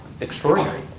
extraordinary